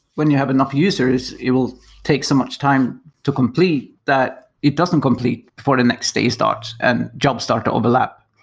when you have enough users, it will take so much time to complete that it doesn't complete for the next day starts and job start overlap.